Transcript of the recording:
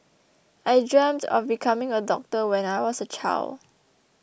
I dreamt of becoming a doctor when I was a child